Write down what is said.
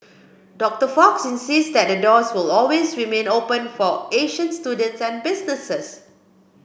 Doctor Fox insists that the doors will always remain open for Asian students and businesses